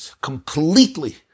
completely